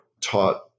taught